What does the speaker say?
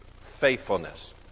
faithfulness